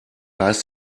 heißt